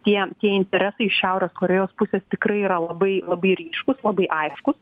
tie tie interesai iš šiaurės korėjos pusės tikrai yra labai labai ryškūs labai aiškūs